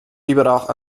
biberach